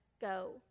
go